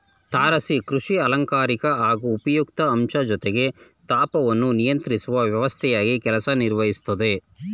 ತಾರಸಿ ಕೃಷಿ ಅಲಂಕಾರಿಕ ಹಾಗೂ ಉಪಯುಕ್ತ ಅಂಶ ಜೊತೆಗೆ ತಾಪವನ್ನು ನಿಯಂತ್ರಿಸುವ ವ್ಯವಸ್ಥೆಯಾಗಿ ಕೆಲಸ ನಿರ್ವಹಿಸ್ತದೆ